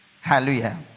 Hallelujah